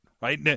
right